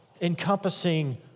encompassing